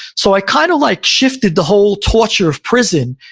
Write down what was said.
so i kind of like shifted the whole torture of prison,